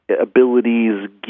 abilities